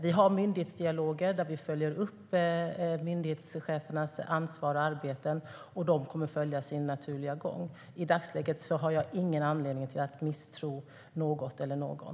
Vi har myndighetsdialoger där vi följer upp myndighetschefernas ansvar och arbete, och de kommer att följa sin naturliga gång. I dagsläget har jag ingen anledning att misstro något eller någon.